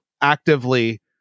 actively